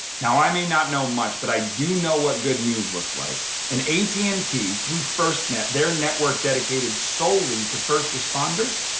now i may not know much, but i do know what good news looks like. and at and t, through firstnet, their network dedicated solely to first responders,